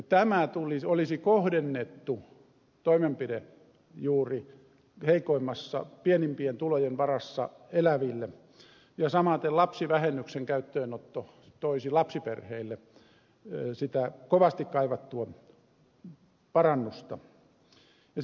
tämä olisi kohdennettu toimenpide juuri pienimpien tulojen varassa eläville ja samaten lapsivähennyksen käyttöönotto toisi lapsiperheille sitä kovasti kaivattua parannusta